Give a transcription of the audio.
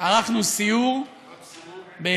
כל